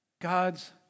God's